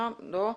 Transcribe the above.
לא.